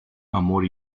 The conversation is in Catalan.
amor